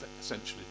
essentially